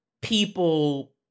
people